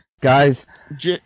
Guys